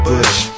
Bush